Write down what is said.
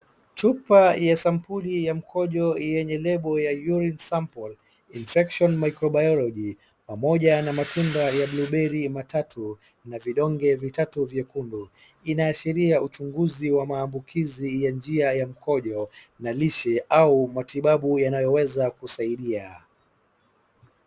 Chupa ya sampuli ya mkojo yenye label ya urine sample infection microbiology pamoja na matunda ya bluberry matatu na vidonge vitatu vyekundu. Inaashiria uchunguzi wa maambukizi ya njia ya mkonjo na lishe au matibabu yanayoweza kusaidia.